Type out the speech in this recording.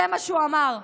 זה מה שהוא אמר.